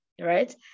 Right